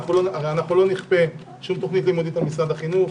הרי לא נכפה שום תוכנית לימודית על משרד החינוך,